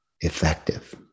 effective